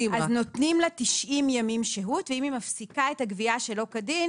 נותנים לה 90 ימים שהות ואם היא מפסיקה את הגבייה שלא כדין